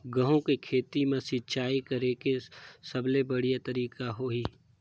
गंहू के खेती मां सिंचाई करेके सबले बढ़िया तरीका होही?